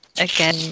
again